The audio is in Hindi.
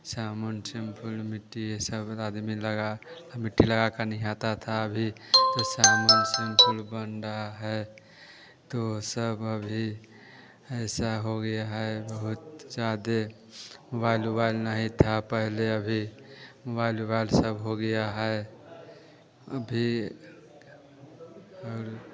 साबुन सेम्पुल मिट्टी सब आदमी लगा कर मिट्टी लगा कर नहाता था अभी तो साबुन सेम्पुल बन रहा है तो सब अभी ऐसा हो गया है बहुत ज्यादे मोबाइल उबाइल नहीं था पहले अभी मोबाइल उबाइल सब हो गया है अभी और